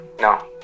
No